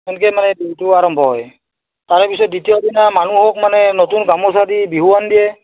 সেনেকৈ মানে বিহুটো আৰম্ভ হয় তাৰে পিছত দ্বিতীয় দিনা মানুহক মানে নতুন গামোচা দি বিহুৱান দিয়ে